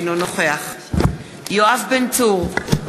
אינו נוכח יואב בן צור,